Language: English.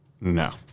no